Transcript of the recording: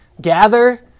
gather